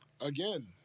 Again